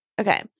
Okay